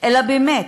אלא באמת,